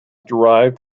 derived